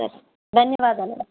సరే ధన్యవాదాలు